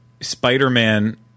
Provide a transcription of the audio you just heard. Spider-Man